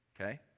okay